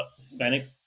Hispanic